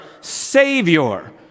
Savior